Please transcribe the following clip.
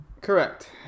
Correct